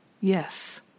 Yes